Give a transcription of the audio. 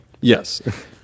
yes